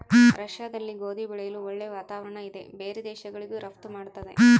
ರಷ್ಯಾದಲ್ಲಿ ಗೋಧಿ ಬೆಳೆಯಲು ಒಳ್ಳೆ ವಾತಾವರಣ ಇದೆ ಬೇರೆ ದೇಶಗಳಿಗೂ ರಫ್ತು ಮಾಡ್ತದೆ